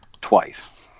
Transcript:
twice